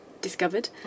discovered